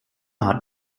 hat